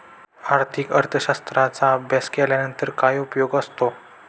आर्थिक अर्थशास्त्राचा अभ्यास केल्यानंतर काय उपयोग असतो?